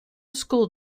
school